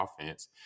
offense